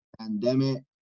pandemic